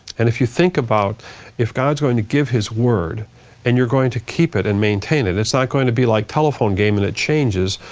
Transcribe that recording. and if you think about if god's going to give his word and you're going to keep it and maintain it, it's not going to be like telephone game and it changes.